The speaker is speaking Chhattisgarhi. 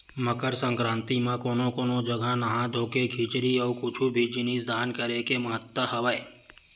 मकर संकरांति म कोनो कोनो जघा नहा धोके खिचरी अउ कुछु भी जिनिस दान करे के महत्ता हवय